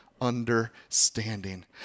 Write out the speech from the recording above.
understanding